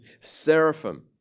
Seraphim